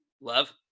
Love